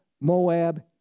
Moab